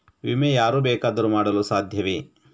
ವಿಮೆ ಯಾರು ಬೇಕಾದರೂ ಮಾಡಲು ಸಾಧ್ಯವೇ?